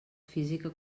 física